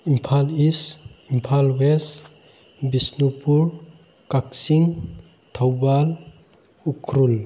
Imphal is Imphal West Bishnupur Kakching Thoubal Ukhrul